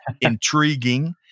intriguing